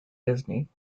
disney